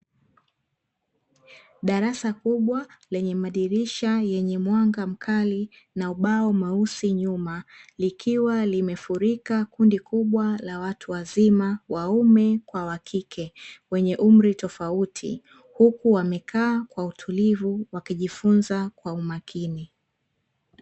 Darasa kubwa lenye madirisha yenye mwanga mkali na ubao mweusi nyuma, likiwa limefurika kundi kubwa la watu wazima, waume kwa wakike, wenye umri tofauti, huku wamekaa kwa utulivu wakijifunza kwa umakini.